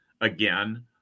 again